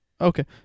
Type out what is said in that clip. Okay